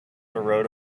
road